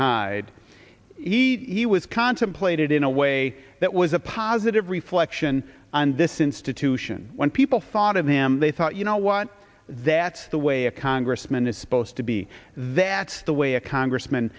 hyde he was contemplated in a way that was a positive reflection on this institution when people thought of him they thought you know what that's the way a congressman is supposed to be that's the way a congressman